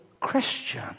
Christian